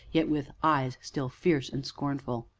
yet with eyes still fierce and scornful.